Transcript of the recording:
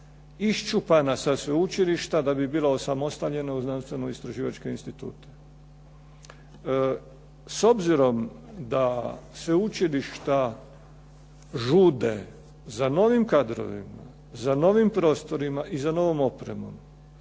iščupana sa sveučilišta da bi bila osamostaljena u znanstveno-istraživačkom institutu. S obzirom da sveučilišta žude za novim kadrovima, za novim prostorima i za novom opremom,